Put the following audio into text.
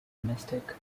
mystic